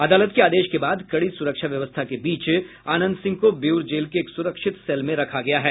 अदालत के आदेश के बाद कड़ी सुरक्षा व्यवस्था के बीच अनंत सिंह को बेऊर जेल के एक सुरक्षित सेल में रखा गया है